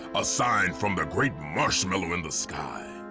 a sign from the great marshmallow in the sky.